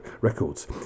Records